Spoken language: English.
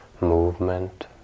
movement